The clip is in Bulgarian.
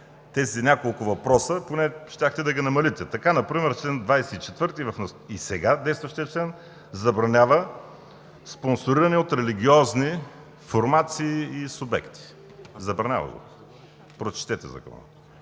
тези няколко въпроса, а поне щяхте да ги намалите. Така например и сега действащият чл. 24 забранява спонсориране от религиозни формации и субекти. Забранява го. Прочетете Закона.